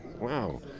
Wow